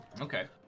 okay